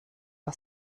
aus